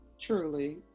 truly